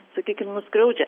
sakykim nuskriaudžia